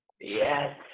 Yes